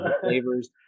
flavors